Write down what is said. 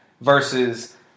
versus